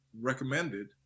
recommended